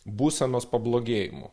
būsenos pablogėjimu